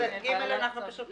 את סעיף קטן (ג) אנחנו משמיטים?